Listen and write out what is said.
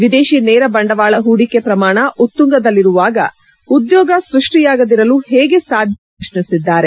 ವಿದೇಶಿ ನೇರಬಂಡವಾಳ ಹೂಡಿಕೆ ಪ್ರಮಾಣ ಉತ್ತುಂಗದಲ್ಲಿರುವಾಗ ಉದ್ಯೋಗ ಸೃಷ್ಷಿಯಾಗದಿರಲು ಹೇಗೆ ಸಾಧ್ಯ ಎಂದು ಅವರು ಪ್ರಶ್ನಿಸಿದ್ದಾರೆ